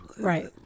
Right